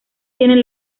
tienen